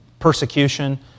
persecution